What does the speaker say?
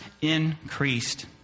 increased